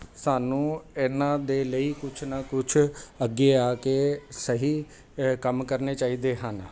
ਸਾਨੂੰ ਇਹਨਾਂ ਦੇ ਲਈ ਕੁਛ ਨਾ ਕੁਛ ਅੱਗੇ ਆ ਕੇ ਸਹੀ ਕੰਮ ਕਰਨੇ ਚਾਹੀਦੇ ਹਨ